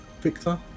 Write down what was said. victor